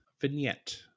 vignette